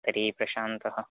तर्हि प्रशान्तः